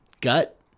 gut